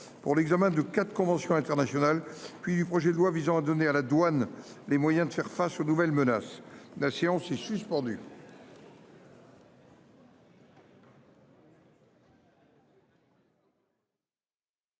pour l'examen de 4 conventions internationales puis du projet de loi visant à donner à la douane, les moyens de faire face aux nouvelles menaces. La séance est suspendue.